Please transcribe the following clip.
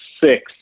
six